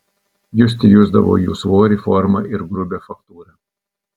juste jusdavau jų svorį formą ir grubią faktūrą